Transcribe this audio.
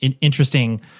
interesting